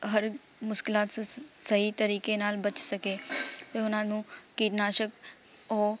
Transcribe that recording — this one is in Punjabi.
ਹਰ ਮੁਸ਼ਕਲਾਂ ਚ ਸਹੀ ਤਰੀਕੇ ਨਾਲ ਬਚ ਸਕੇ ਉਹਨਾਂ ਨੂੰ ਕੀਟਨਾਸ਼ਕ ਉਹ